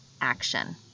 action